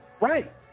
Right